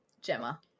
Gemma